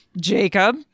Jacob